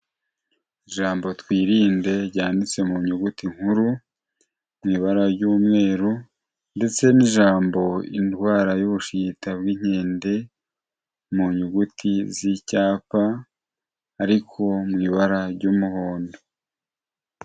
Ijambo twirinde ryanditse mu nyuguti nkuru mu ibara ry'umweru ndetse n'ijambo indwara y'ubushita bw'inkende, mu nyuguti z'icyapa ariko mu ibara ry'umuhondo.